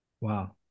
Wow